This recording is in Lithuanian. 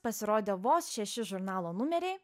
pasirodė vos šeši žurnalo numeriai